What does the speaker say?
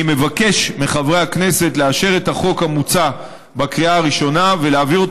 אני מבקש מחברי הכנסת לאשר את החוק המוצע בקריאה הראשונה ולהעבירו